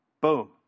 Boom